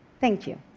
thank you.